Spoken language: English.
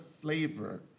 flavor